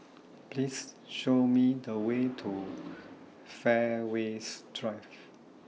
Please Show Me The Way to Fairways Drive